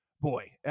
boy